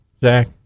Zach